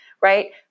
right